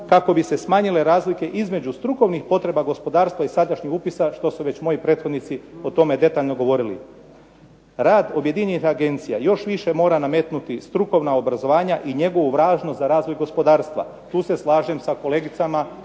kako bi se smanjile razlike između strukovnih potreba gospodarstva i sadašnjih upisa što su već moji prethodnici o tome detaljno govorili. Rad objedinjenih agencija još više mora nametnuti strukovna obrazovanja i njegovu …/Govornik se ne razumije./… za razvoj gospodarstva. Tu se slažem sa kolegicama,